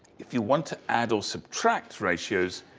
if you want to add or subtract ratios,